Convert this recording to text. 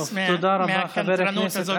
נמאס מהקנטרנות הזאת